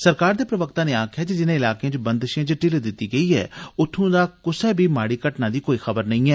सरकार दे प्रवक्ता नै आक्खेया जे जिने इलाकें च बंदशें च ढिल्ली दिती गेई ऐ उत्थ् दा क्सै माड़ी घटना दी कोई खबर नेई ऐ